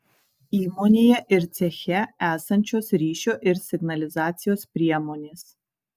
įmonėje ir ceche esančios ryšio ir signalizacijos priemonės